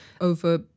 over